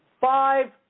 five